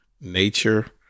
nature